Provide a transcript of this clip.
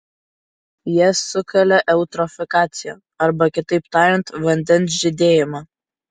jie sukelia eutrofikaciją arba kitaip tariant vandens žydėjimą